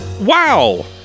Wow